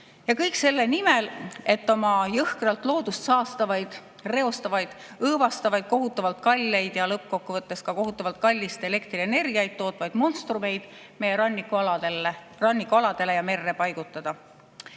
kõik selle nimel, et oma jõhkralt loodust saastavaid, reostavaid, õõvastavaid, kohutavalt kalleid ja lõppkokkuvõttes ka kohutavalt kallist elektrienergiat tootvaid monstrumeid meie rannikualadele ja merre paigutada.